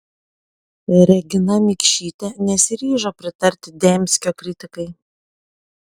regina mikšytė nesiryžo pritarti dembskio kritikai